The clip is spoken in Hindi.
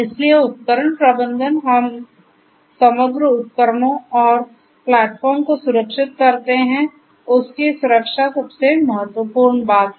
इसलिए उपकरण प्रबंधन हम समग्र उपकरणों और प्लेटफ़ॉर्म को सुरक्षित करते हैं उसकी सुरक्षा सबसे महत्वपूर्ण बात है